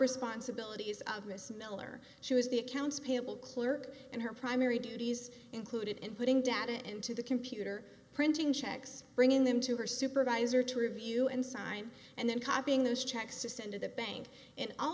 responsibilities of miss miller she was the accounts payable clerk and her primary duties included inputting data into the computer printing checks bringing them to her supervisor to review and sign and then copying those checks to send to the bank and all